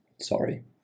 Sorry